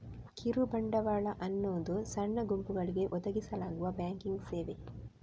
ಕಿರು ಬಂಡವಾಳ ಅನ್ನುದು ಸಣ್ಣ ಗುಂಪುಗಳಿಗೆ ಒದಗಿಸಲಾಗುವ ಬ್ಯಾಂಕಿಂಗ್ ಸೇವೆ